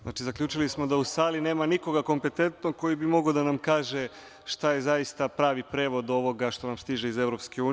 Znači, zaključili smo da u sali nema nikoga kompetentnog koji bi mogao da nam kaže šta je zaista pravi prevod ovoga što nam stiže iz EU.